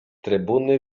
trybuny